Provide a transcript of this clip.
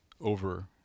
over